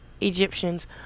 Egyptians